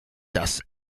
das